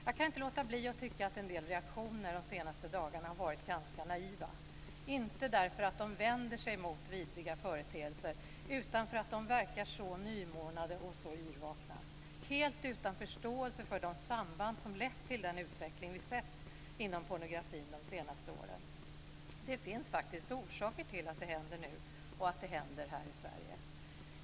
Jag kan inte låta bli att tycka att en del reaktioner de senaste dagarna har varit ganska naiva, inte därför att de vänder sig emot vidriga företeelser, utan för att de verkar så nymornade och så yrvakna, helt utan förståelse för de samband som lett till den utveckling vi sett inom pornografin de senaste åren. Det finns faktiskt orsaker till att det händer nu och att det händer här i Sverige.